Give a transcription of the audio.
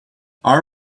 our